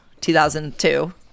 2002